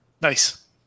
Nice